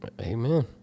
amen